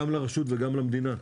גם על הרשות וגם על המדינה.